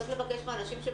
רחלי,